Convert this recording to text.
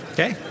Okay